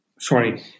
Sorry